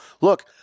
Look